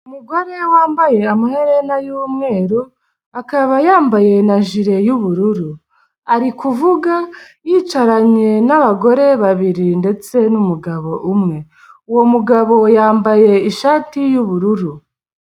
Umugore wambaye amaherena y'umweru akaba yambaye na jire y'ubururu, ari kuvuga yicaranye n'abagore babiri ndetse n'umugabo umwe. Uwo mugabo yambaye ishati y'ubururu.